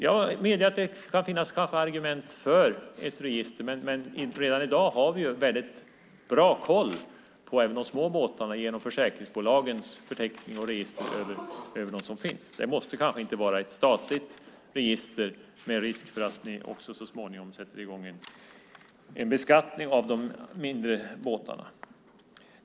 Jag medger att det kanske kan finnas argument för ett register, men redan i dag har vi ju väldigt bra koll på även de små båtarna genom försäkringsbolagens förteckning och register över dem som finns. Det måste kanske inte vara ett statligt register med risk för att ni också så småningom inför en beskattning av de mindre båtarna.